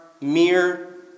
mere